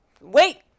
Wait